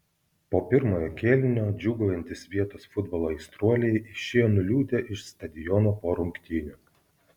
po pirmojo kėlinio džiūgaujantys vietos futbolo aistruoliai išėjo nuliūdę iš stadiono po rungtynių